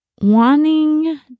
wanting